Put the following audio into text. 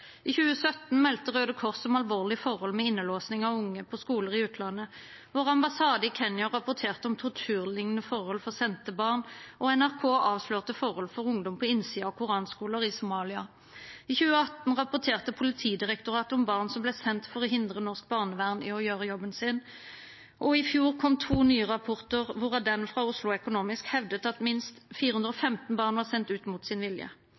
I 2017 meldte Røde Kors om alvorlige forhold med innelåsning av unge på skoler i utlandet. Vår ambassade i Kenya rapporterte om torturlignende forhold for sendte barn, og NRK avslørte forhold for ungdom på innsiden av koranskoler i Somalia. I 2018 rapporterte Politidirektoratet om barn som ble sendt for å hindre norsk barnevern i å gjøre jobben sin. Og i fjor kom to nye rapporter, hvorav den fra Oslo Economics hevdet at minst 415 barn var sendt ut mot sin vilje.